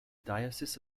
diocese